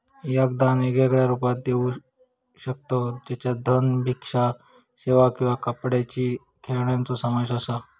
याक दान वेगवेगळ्या रुपात घेऊ शकतव ज्याच्यात धन, भिक्षा सेवा किंवा कापडाची खेळण्यांचो समावेश असा